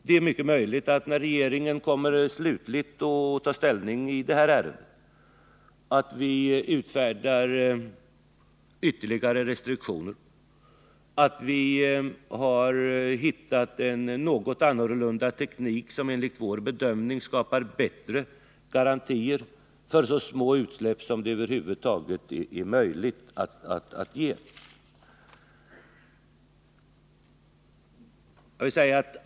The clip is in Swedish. Det är möjligt att regeringen, när den tar slutlig ställning i detta ärende, kommer att utfärda ytterligare restriktioner. Det går kanske att finna en teknik som skapar bättre garantier för väldigt små utsläpp.